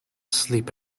sleep